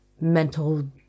mental